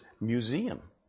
museum